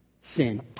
sin